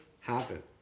happen